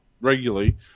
regularly